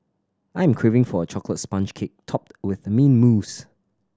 I am craving for a chocolate sponge cake topped with mint mousse